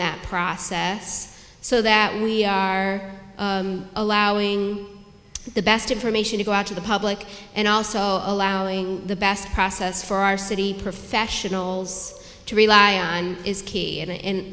that process so that we are allowing the best information to go out to the public and also allowing the best process for our city professionals to rely on is key and